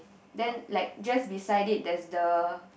then like just beside it there's the